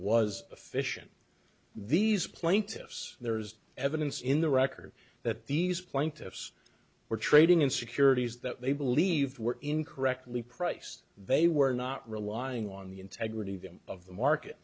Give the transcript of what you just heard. was efficient these plaintiffs there's evidence in the record that these plaintiffs were trading in securities that they believe were incorrectly priced they were not relying on the integrity of the